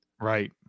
Right